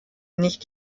nicht